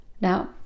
Now